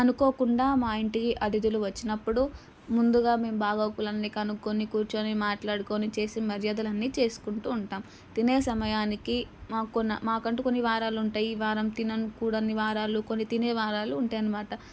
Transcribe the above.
అనుకోకుండా మా ఇంటికి అతిధులు వచ్చినప్పుడు ముందుగా మేము బాగోగులు అన్నీ కనుకున్ని కూర్చుని మాట్లాడుకుని చేసి మర్యాదలన్నీ చేసుకుంటూ ఉంటాము తినే సమయానికి మాకు కొన్ని మాకంటూ కొన్ని వారాలు ఉంటాయి ఈ వారం తినకూడని వారాలు కొన్ని తినే వారాలు ఉంటాయని మాట